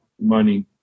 money